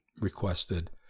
requested